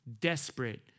desperate